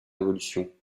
révolution